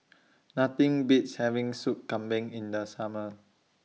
Nothing Beats having Sup Kambing in The Summer